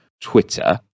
Twitter